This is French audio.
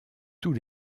tous